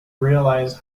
realize